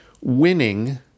winning